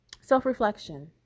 Self-reflection